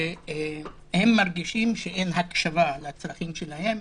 הם מרגישים שאין הקשבה לצרכים שלהם.